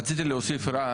רציתי להוסיף רק